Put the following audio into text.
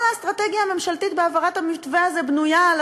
כל האסטרטגיה הממשלתית בהעברת המתווה הזה בנויה על